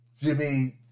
Jimmy